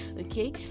Okay